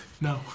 No